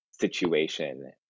Situation